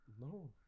No